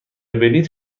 بلیط